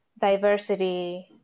diversity